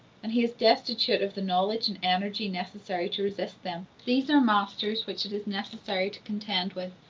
and he is destitute of the knowledge and energy necessary to resist them these are masters which it is necessary to contend with,